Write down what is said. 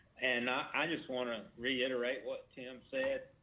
and i just want to reiterate what tim said,